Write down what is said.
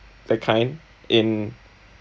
that kind in